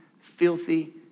filthy